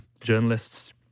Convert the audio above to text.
journalists